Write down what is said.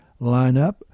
lineup